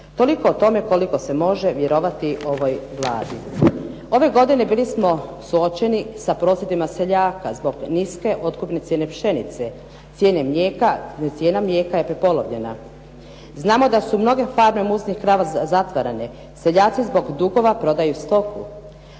Toliko o tome koliko se može vjerovati ovoj Vladi. Ove godine bili smo suočeni sa prosvjedima seljaka zbog niske otkupne cijene pšenice. Cijena mlijeka je prepolovljena. Znamo da su mnoge farme muznih krava zatvorene, seljaci zbog dugova prodaju stoku,